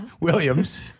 Williams